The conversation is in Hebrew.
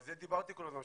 על זה דיברתי כל הזמן,